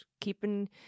keeping